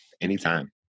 Anytime